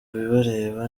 bibareba